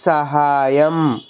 సహాయం